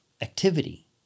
activity